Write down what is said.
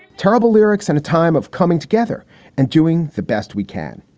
terrible lyrics, and a time of coming together and doing the best we can.